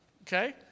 okay